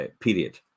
period